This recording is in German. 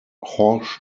horst